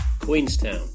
Queenstown